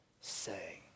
say